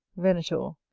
venator.